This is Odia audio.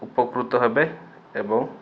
ଉପକୃତ ହେବେ ଏବଂ